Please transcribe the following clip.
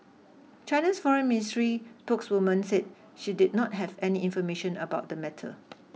China's foreign ministry spokeswoman said she did not have any information about the matter